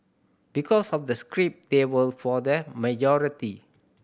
because of the script they were for the majority